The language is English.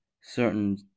certain